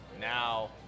now